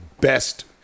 best